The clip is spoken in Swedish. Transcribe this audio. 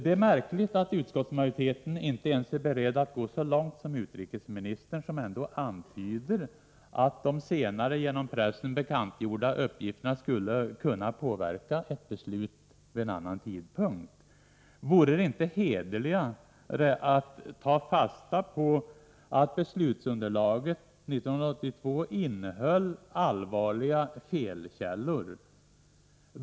Det är märkligt att utskottsmajoriteten inte ens är beredd att gå lika långt som utrikesministern, som ändå antyder att de senare genom pressen bekantgjorda uppgifterna skulle kunna påverka ett beslut vid en annan tidpunkt. Vore det inte hederligare att ta fasta på att beslutsunderlaget 1982 innehöll allvarliga felkällor?